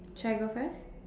should I go first